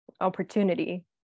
opportunity